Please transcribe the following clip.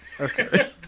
Okay